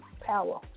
power